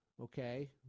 okay